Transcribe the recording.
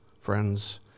friends